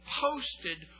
posted